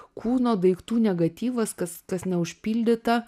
kūno daiktų negatyvas kas kas neužpildyta